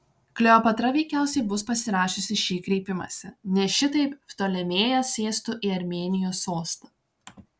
kleopatra veikiausiai bus pasirašiusi šį kreipimąsi nes šitaip ptolemėjas sėstų į armėnijos sostą